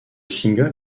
single